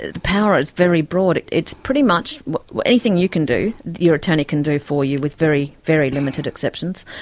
the power is very broad. it's pretty much anything you can do, your attorney can do for you, with very, very limited exceptions.